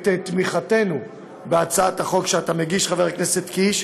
את תמיכתנו בהצעת החוק שאתה מגיש, חבר הכנסת קיש,